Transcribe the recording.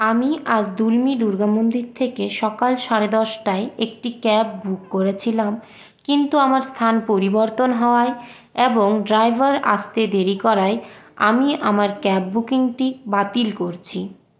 আমি আজ দুলমি দুর্গা মন্দির থেকে সকাল সাড়ে দশটায় একটি ক্যাব বুক করেছিলাম কিন্তু আমার স্থান পরিবর্তন হওয়ায় এবং ড্রাইভার আসতে দেরি করায় আমি আমার ক্যাব বুকিংটি বাতিল করছি